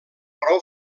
prou